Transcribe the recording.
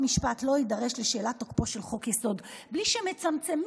משפט לא יידרש לשאלת תוקפו של חוק-יסוד בלי שמצמצמים,